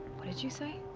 what did you say?